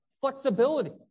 flexibility